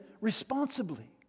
responsibly